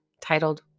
titled